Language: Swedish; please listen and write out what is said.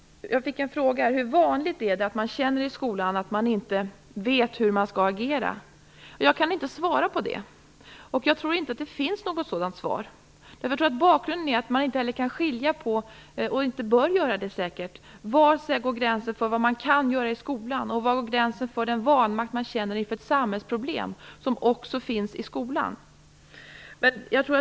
Jag fick en fråga om hur vanligt det är att man i skolan känner att man inte vet hur man skall agera. Jag kan inte svara på det. Jag tror inte att det finns något svar. Jag tror att man inte kan och inte heller bör skilja på var gränsen går för vad man kan göra i skolan och den vanmakt man känner för ett samhällsproblem som också finns i skolan.